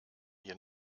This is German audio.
hier